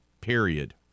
Period